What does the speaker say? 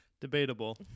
Debatable